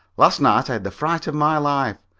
last night i had the fright of my life.